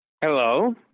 Hello